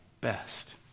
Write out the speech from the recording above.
best